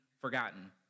forgotten